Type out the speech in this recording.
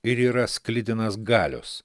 ir yra sklidinas galios